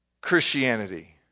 Christianity